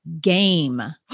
game